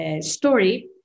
story